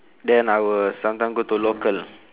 then I will sometime go to local